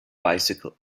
bicycle